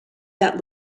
that